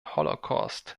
holocaust